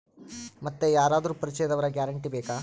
ಮತ್ತೆ ಯಾರಾದರೂ ಪರಿಚಯದವರ ಗ್ಯಾರಂಟಿ ಬೇಕಾ?